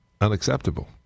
unacceptable